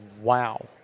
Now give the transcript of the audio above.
Wow